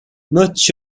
much